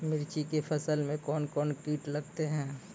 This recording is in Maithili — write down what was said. मिर्ची के फसल मे कौन कौन कीट लगते हैं?